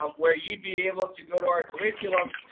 um where you'd be able to go to our curriculum,